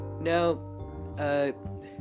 Now